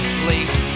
place